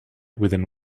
within